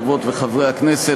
חברות וחברי הכנסת,